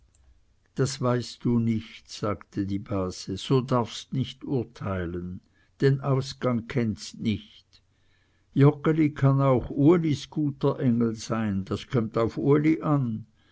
das weißt du nicht sagte die base so darfst nicht urteilen den ausgang kennst nicht joggeli kann auch ulis guter engel sein das kömmt auf uli an